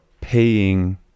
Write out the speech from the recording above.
paying